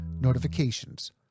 notifications